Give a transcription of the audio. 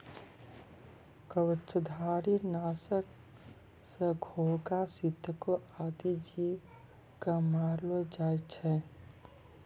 कवचधारी? नासक सँ घोघा, सितको आदि जीव क मारलो जाय छै